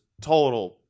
total